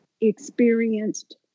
experienced